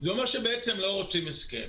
זה אומר שבעצם לא רוצים הסכם.